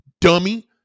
dummy